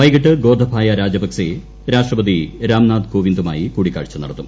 വൈകിട്ട് ഗോതബായ രജപക്സെ രാഷ്ട്രപതി രാംനാഥ് കോവിന്ദുമായി കൂടിക്കാഴ്ച നടത്തും